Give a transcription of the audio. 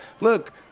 look –